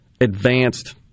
advanced